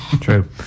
True